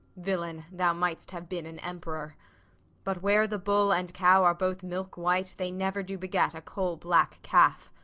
villain, thou mightst have been an emperor but where the bull and cow are both milk-white, they never do beget a coal-black calf.